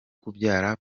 kubyara